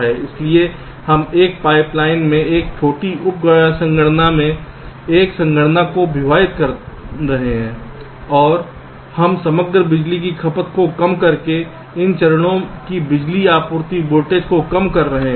इसलिए हम एक पाइप लाइन में एक छोटी उप संगणना में एक संगणना को विभाजित कर रहे हैं और हम समग्र बिजली की खपत को कम करके इन चरणों की बिजली आपूर्ति वोल्टेज को कम कर रहे हैं